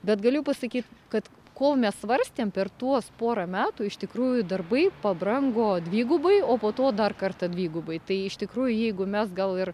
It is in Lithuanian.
bet galiu pasakyt kad kol mes svarstėm per tuos porą metų iš tikrųjų darbai pabrango dvigubai o po to dar kartą dvigubai tai iš tikrųjų jeigu mes gal ir